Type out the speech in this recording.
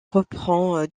reprend